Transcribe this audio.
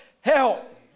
Help